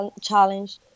challenge